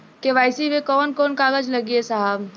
KYC मे कवन कवन कागज लगी ए साहब?